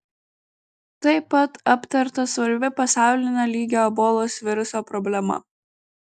tai pat aptarta svarbi pasaulinio lygio ebolos viruso problema